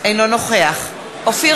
אינו נוכח אופיר